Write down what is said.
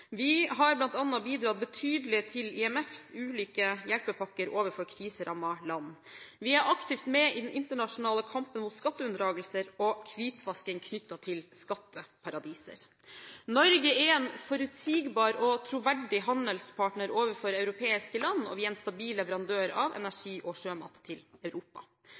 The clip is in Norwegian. Vi har bl.a. bidratt betydelig til IMFs ulike hjelpepakker overfor kriserammede land. Vi er aktivt med i den internasjonale kampen mot skatteunndragelser og hvitvasking knyttet til skatteparadiser. Norge er en forutsigbar og troverdig handelspartner overfor europeiske land, og vi er en stabil leverandør av energi og sjømat til Europa.